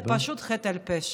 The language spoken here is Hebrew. זה פשוט חטא על פשע.